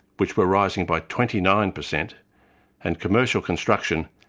which were rising by twenty nine percent and commercial construction,